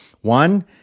one